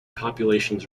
populations